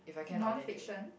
non fiction